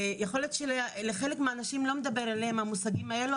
יכול להיות שלחלק מהאנשים המושגים האלה לא מדברים,